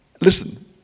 listen